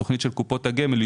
בתכנית של קופות הגמל,